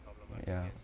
ya